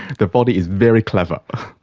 the body is very clever.